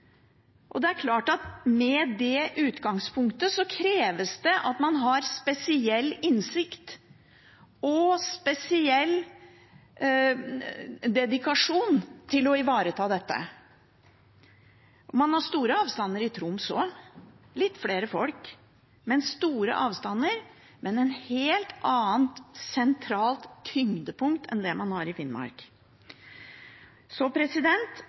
på. Det er klart at med det utgangspunktet kreves det at man har spesiell innsikt og spesiell dedikasjon for å ivareta dette. Man har store avstander i Troms også – litt flere folk, men store avstander – men et helt annet sentralt tyngdepunkt enn det man har i Finnmark. Så